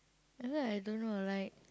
ya lah I don't know like